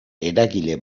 eragile